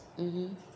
mmhmm